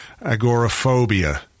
agoraphobia